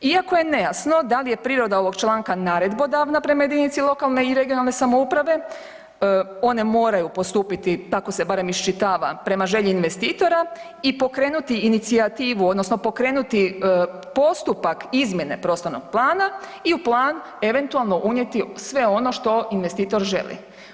Iako je nejasno da li je priroda ovog članka naredbodavna prema jedinici lokalne i regionalne samouprave, one moraju postupiti, tako se barem iščitava, prema želji investitora i pokrenuti inicijativu odnosno pokrenuti postupak izmjene prostornog plana i u plan eventualno unijeti sve ono što investitor želi.